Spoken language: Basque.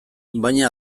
baina